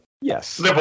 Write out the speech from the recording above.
Yes